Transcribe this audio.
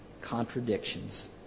contradictions